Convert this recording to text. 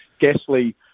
Gasly